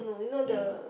ya